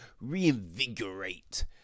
reinvigorate